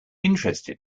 interested